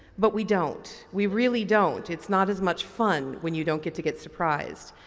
but we don't, we really don't. it's not as much fun when you don't get to get surprised.